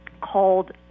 called